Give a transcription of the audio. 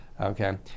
Okay